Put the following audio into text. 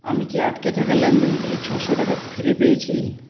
আমি কি আটকে থাকা লেনদেন থেকে ছশো টাকা ফিরে পেয়েছি